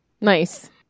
Nice